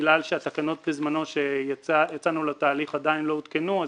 בגלל שהתקנות בזמנו עדיין לא עודכנו כשיצאנו לתהליך,